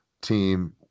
team